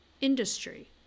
industry